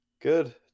good